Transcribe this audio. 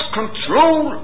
control